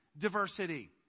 diversity